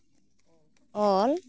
ᱚᱞ